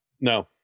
No